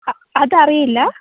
അ അത് അറിയില്ല